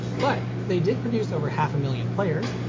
but they did produce over half a million players,